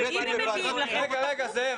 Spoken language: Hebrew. אם הם מביאים לכם תטפלו בזה.